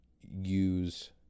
use